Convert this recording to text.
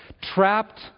trapped